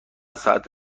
ساعت